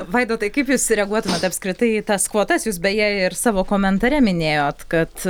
vaidotai kaip jūs reaguotumėt apskritai tas kvotas jūs beje ir savo komentare minėjote kad